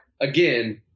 again